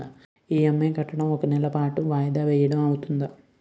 EMI కట్టడం ఒక నెల పాటు వాయిదా వేయటం అవ్తుందా?